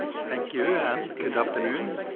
thank you and good afternoon.